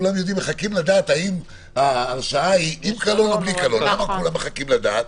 שכולם מחכים לדעת האם ההרשעה היא עם קלון או בלי קלון למה מחכים לדעת?